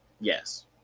yes